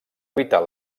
evitar